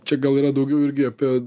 čia gal yra daugiau irgi apie